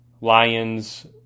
Lions